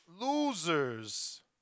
Losers